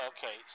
Okay